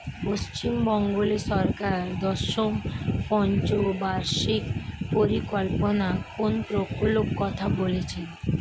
পশ্চিমবঙ্গ সরকার দশম পঞ্চ বার্ষিক পরিকল্পনা কোন প্রকল্প কথা বলেছেন?